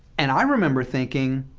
and i remember thinking,